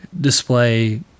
display